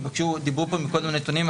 דיברו פה קודם על נתונים,